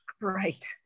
Great